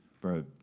Bro